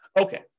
Okay